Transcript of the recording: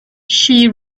she